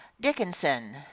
dickinson